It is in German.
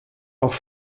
auch